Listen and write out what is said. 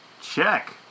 Check